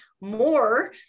more